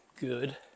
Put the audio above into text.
good